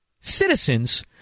citizens